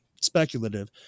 speculative